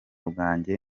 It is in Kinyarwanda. bwanjye